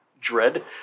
Dread